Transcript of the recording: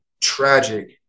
tragic